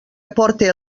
aporte